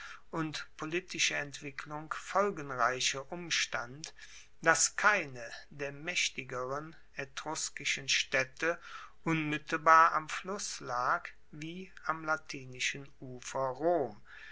und politische entwicklung folgenreiche umstand dass keine der maechtigeren etruskischen staedte unmittelbar am fluss lag wie am latinischen ufer rom